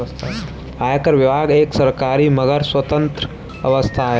आयकर विभाग एक सरकारी मगर स्वतंत्र संस्था है